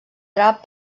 drap